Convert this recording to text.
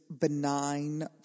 benign